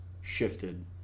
shifted